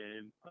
game